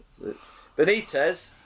Benitez